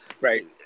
Right